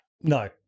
No